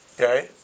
Okay